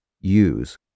use